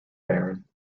baron